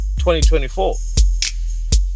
2024